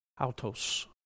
autos